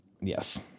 yes